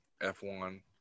F1